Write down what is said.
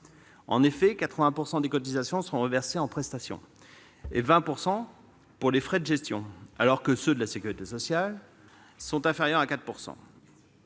quelque 80 % des cotisations sont reversées en prestations et 20 % paient les frais de gestion, alors que ceux de la sécurité sociale sont inférieurs à 4 %.